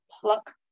pluck